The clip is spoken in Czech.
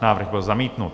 Návrh byl zamítnut.